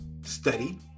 Study